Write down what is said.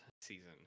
season